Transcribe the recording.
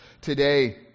today